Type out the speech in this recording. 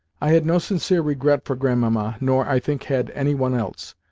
i had no sincere regret for grandmamma, nor, i think, had any one else,